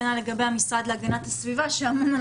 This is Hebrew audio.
כנ"ל לגבי המשרד להגנת הסביבה שאמון על